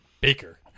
Baker